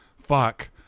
Fuck